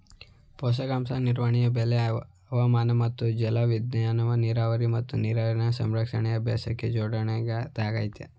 ಪೋಷಕಾಂಶ ನಿರ್ವಹಣೆ ಬೆಳೆ ಹವಾಮಾನ ಮತ್ತು ಜಲವಿಜ್ಞಾನನ ನೀರಾವರಿ ಮತ್ತು ನೀರಿನ ಸಂರಕ್ಷಣಾ ಅಭ್ಯಾಸಕ್ಕೆ ಜೋಡ್ಸೊದಾಗಯ್ತೆ